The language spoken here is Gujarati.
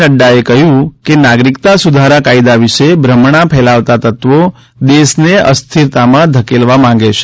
નફાએ કહ્યું કે નાગરિકતા સુધારા કાયદા વિષે ભ્રમણા ફેલાવતાતત્વો દેશ ને અસ્થિરતા માં ધકેલવા માંગે છે